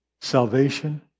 Salvation